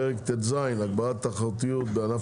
אני פותח את הדיון בנושא: פרק ט"ז (הגברת התחרותיות בענף